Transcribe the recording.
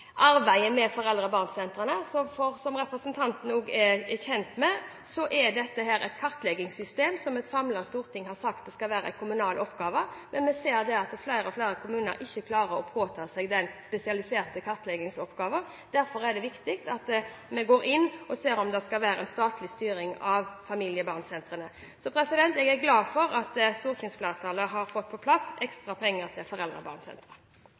arbeidet med foreldre og barn-sentrene, for som representanten også er kjent med, er dette et kartleggingssystem som et samlet storting har sagt skal være en kommunal oppgave. En ser at flere og flere kommuner ikke klarer å påta seg den spesialiserte kartleggingsoppgaven, derfor er det viktig at vi går inn og ser om det skal være statlig styring av foreldre og barn-sentrene. Jeg er glad for at stortingsflertallet har fått på plass ekstra penger til